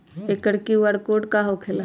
एकर QR code का होकेला?